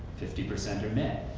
fifty percent are male.